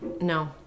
no